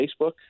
Facebook